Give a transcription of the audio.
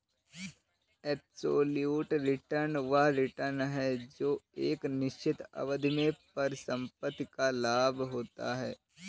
absolute return वह return है जो एक निश्चित अवधि में परिसंपत्ति का लाभ होता है